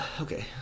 okay